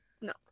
No